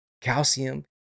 Calcium